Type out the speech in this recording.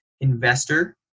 Investor